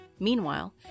Meanwhile